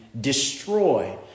destroy